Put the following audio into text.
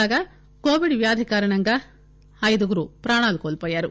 కాగా కొవిడ్ వ్యాధి కారణంగా ఐదుగురు ప్రాణాలు కోల్పోయారు